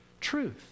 truth